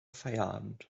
feierabend